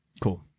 Cool